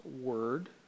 word